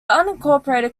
unincorporated